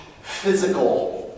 physical